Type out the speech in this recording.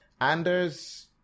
Anders